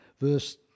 Verse